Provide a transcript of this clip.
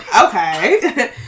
okay